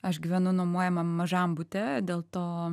aš gyvenu nuomojamam mažam bute dėl to